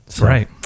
Right